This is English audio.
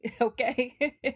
Okay